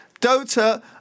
Dota